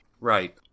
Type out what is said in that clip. Right